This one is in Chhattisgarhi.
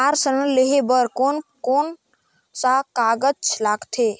कार ऋण लेहे बार कोन कोन सा कागज़ लगथे?